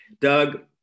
Doug